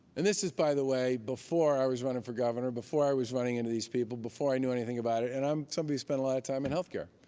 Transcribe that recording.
and this is, by the way, before i was running for governor, before i was running into these people, before i knew anything about it. and i'm somebody who spent a lot of time in health care.